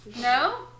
No